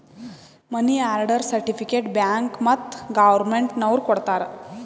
ಮನಿ order certificate bank ಮತ್ತ್ government ನವ್ರು ಕೊಡ್ತಾರ